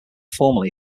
formally